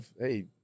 hey –